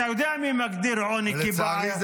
אתה יודע מי מגדיר עוני כבעיה --- לצערי,